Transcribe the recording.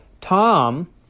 Tom